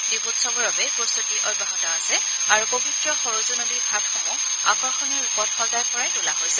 দ্বীপোৎসৱৰ বাবেও প্ৰস্তুতি অব্যাহত আছে আৰু পবিত্ৰ সৰজু নদীৰ ঘাটসমূহ আকৰ্ষণীয় ৰূপত সজাই পৰাই তোলা হৈছে